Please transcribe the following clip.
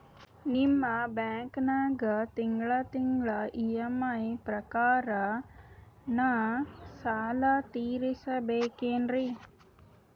ನಿಮ್ಮ ಬ್ಯಾಂಕನಾಗ ತಿಂಗಳ ತಿಂಗಳ ಇ.ಎಂ.ಐ ಪ್ರಕಾರನ ಸಾಲ ತೀರಿಸಬೇಕೆನ್ರೀ?